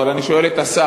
אבל אני שואל את השר,